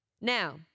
Now